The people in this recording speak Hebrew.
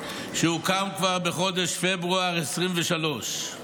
שהוקם כבר בחודש פברואר 2023,